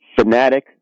fanatic